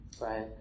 right